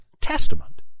Testament